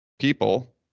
people